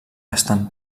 estan